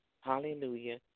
Hallelujah